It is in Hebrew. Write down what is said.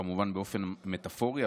כמובן באופן מטפורי,